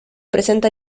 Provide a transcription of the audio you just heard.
presenta